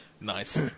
Nice